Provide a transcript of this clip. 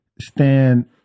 stand